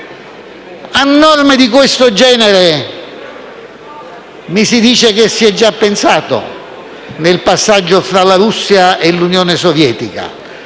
A norme di questo genere mi si dice che si era già pensato nel passaggio tra la Russia e l'Unione Sovietica.